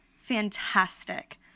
fantastic